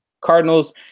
Cardinals